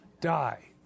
die